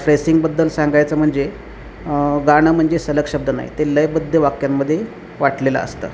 फ्रेसिंगबद्दल सांगायचं म्हणजे गाणं म्हणजे सलग शब्द नाही ते लयबद्ध वाक्यांमध्ये वाटलेलं असतं